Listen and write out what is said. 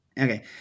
Okay